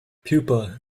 pupa